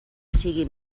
siguin